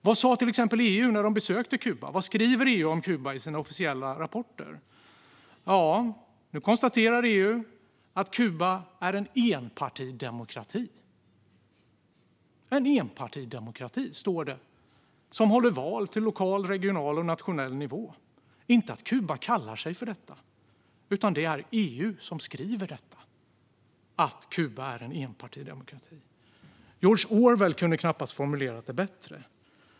Vad sa till exempel EU när de besökte Kuba? Vad skriver EU om Kuba i sina officiella rapporter? EU konstaterar att Kuba är en enpartidemokrati - en enpartidemokrati, står det - som håller val till lokal, regional och nationell nivå. Det handlar inte om att Kuba kallar sig för detta; det är EU som skriver att Kuba är en enpartidemokrati. George Orwell kunde knappast ha formulerat det bättre.